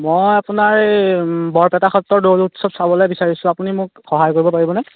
মই আপোনাৰ এই বৰপেটা সত্ৰৰ দৌল উৎসৱ চাবলৈ বিচাৰিছোঁ আপুনি মোক সহায় কৰিব পাৰিবনে